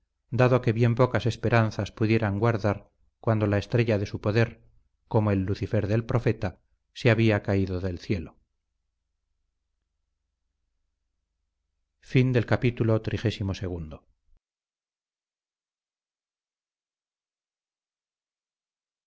dado que bien pocas esperanzas pudieran guardar cuando la estrella de su poder como el lucifer del profeta se había caído del cielo